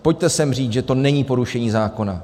Pojďte sem říct, že to není porušení zákona.